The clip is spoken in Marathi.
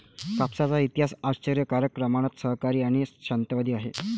कापसाचा इतिहास आश्चर्यकारक प्रमाणात सहकारी आणि शांततावादी आहे